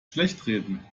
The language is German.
schlechtreden